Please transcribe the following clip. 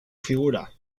figura